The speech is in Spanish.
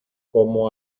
como